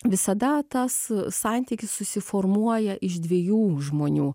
visada tas santykis susiformuoja iš dviejų žmonių